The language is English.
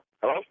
Hello